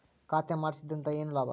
ಖಾತೆ ಮಾಡಿಸಿದ್ದರಿಂದ ಏನು ಲಾಭ?